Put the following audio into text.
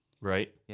Right